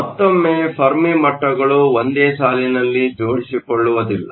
ಮತ್ತೊಮ್ಮೆ ಫೆರ್ಮಿ ಮಟ್ಟಗಳು ಒಂದೇ ಸಾಲಿನಲ್ಲಿ ಜೋಡಿಸಿಕೊಳ್ಳುವುದಿಲ್ಲ